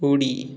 उडी